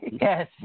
Yes